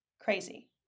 Crazy